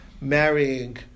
marrying